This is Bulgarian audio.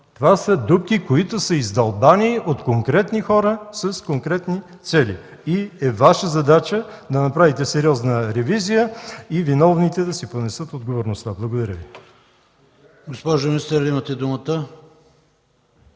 Това са дупки, които са издълбани от конкретни хора с конкретни цели и Ваша задача е да направите сериозна ревизия и виновните да си понесат отговорността. Благодаря Ви.